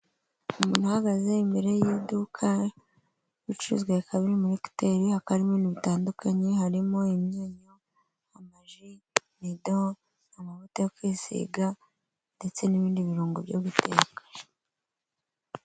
Umuntu uhagaze imbere y'iduka. Ibicuruzwa bikaba birimo ekuteri, hakaba harimo ibintu bitandukanye, harimo imyunyu, amaji, nido, amavuta yo kwisiga ndetse n'ibindi birungo byo guteka.